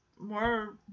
more